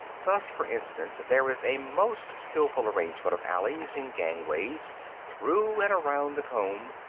thus, for instance, there is a most skillful arrangement of alleys and gangways through and around the comb,